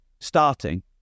starting